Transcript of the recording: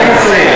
אני מסיים.